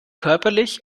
körperlich